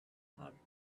her